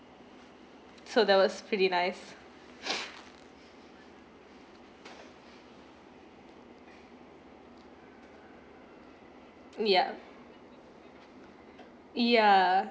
so that was pretty nice yeah ya